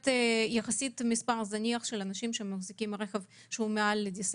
יחסית מספר זניח של אנשים שמחזיקים רכב מעל לדיסריגרד.